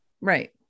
Right